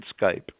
Skype